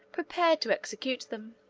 prepared to execute them.